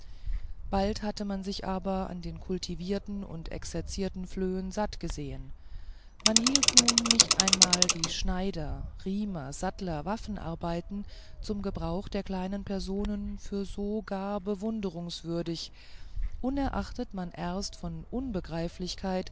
bald hatte man sich aber an den kultivierten und exerzierten flöhen satt gesehen man hielt nun nicht einmal die schneider riemer sattler waffenarbeit zum gebrauch der kleinen personen für so gar bewundrungswürdig unerachtet man erst von